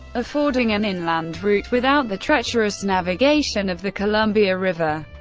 affording an inland route without the treacherous navigation of the columbia river.